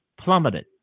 plummeted